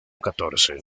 catorce